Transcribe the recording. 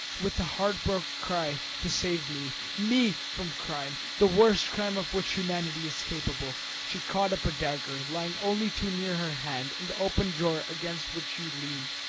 with a heart-broken cry, to save me, me, from crime, the worst crime of which humanity is capable, she caught up a dagger lying only too near her hand in the open drawer against which she leaned,